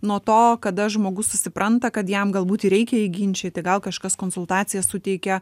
nuo to kada žmogus susipranta kad jam galbūt reikia jį ginčyti gal kažkas konsultacijas suteikia